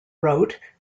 wrote